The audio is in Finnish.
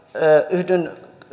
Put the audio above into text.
yhdyn